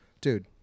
dude